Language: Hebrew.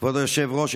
כבוד היושב-ראש,